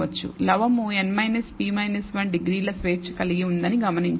లవము n p 1 డిగ్రీల స్వేచ్ఛ కలిగి వుందని గమనించండి